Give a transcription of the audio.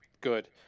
good